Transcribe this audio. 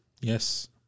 Yes